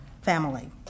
family